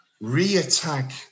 re-attack